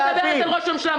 לא מדברת על ראש הממשלה.